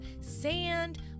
sand